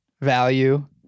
value